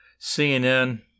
CNN